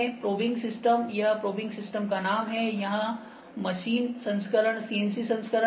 probing system यह probing system का नाम है यहां मशीन संस्करण CNC संस्करण है